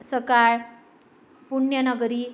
Sakal Punyanagari